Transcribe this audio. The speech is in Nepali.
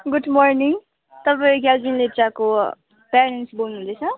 गुड मर्निङ तपाईँ क्याल्भिन लेप्चाको पेरेन्ट्स बोल्नु हुँदैछ